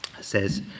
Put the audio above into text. says